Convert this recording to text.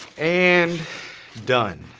and done.